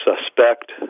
suspect